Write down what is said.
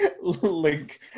link